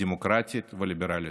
דמוקרטית וליברלית.